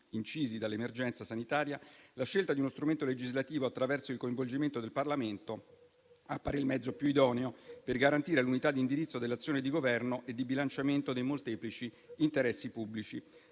incisi dall'emergenza sanitaria, la scelta di uno strumento legislativo attraverso il coinvolgimento del Parlamento appare il mezzo più idoneo per garantire l'unità di indirizzo dell'azione di Governo e di bilanciamento dei molteplici interessi pubblici.